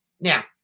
Now